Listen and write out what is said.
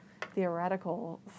theoretical